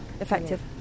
effective